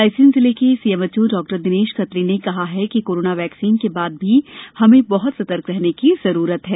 रायसेन जिले के सीएमएचओ डॉ दिनेश खत्री ने कहा कि कोरोना वैक्सीन के बाद भी हमें बह्त सतर्क रहने की ज़रूरत है